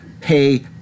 pay